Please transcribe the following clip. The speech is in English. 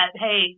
hey